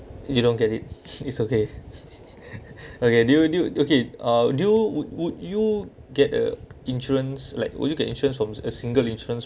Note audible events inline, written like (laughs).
you don't get it (laughs) it's okay (laughs) okay do you do okay uh do you would would you get a insurance like would you get insurance from a single insurance